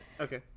Okay